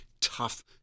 tough